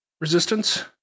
resistance